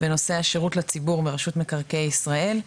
בנושא השירות לציבור ברשות מקרקעי ישראל,